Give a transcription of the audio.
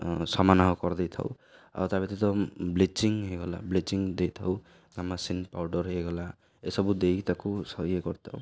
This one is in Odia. ସମାନ କରିଦେଇଥାଉ ଆଉ ତା' ବ୍ୟତୀତ ବ୍ଲିଚିଙ୍ଗ ହେଇଗଲା ବ୍ଲିଚିଙ୍ଗ ଦେଇଥାଉ ଗ୍ରାମାସିନ୍ ପାଉଡ଼ର ହେଇଗଲା ଏସବୁ ଦେଇକି ତାକୁ ସ ଇଏ କରିଥାଉ